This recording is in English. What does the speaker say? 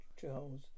Charles